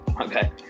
okay